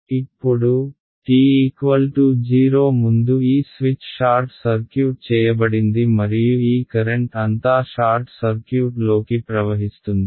ఇప్పుడు t0 ముందు ఈ స్విచ్ షార్ట్ సర్క్యూట్ చేయబడింది మరియు ఈ కరెంట్ అంతా షార్ట్ సర్క్యూట్లోకి ప్రవహిస్తుంది